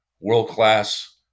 world-class